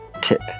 Tip